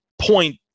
point